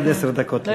עד עשר דקות לרשותך.